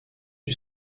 you